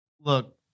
Look